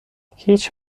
هیچ